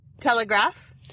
Telegraph